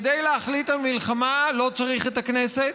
כדי להחליט על מלחמה לא צריך את הכנסת,